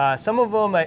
some of them,